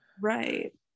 right